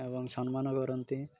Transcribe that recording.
ଏବଂ ସମ୍ମାନ କରନ୍ତି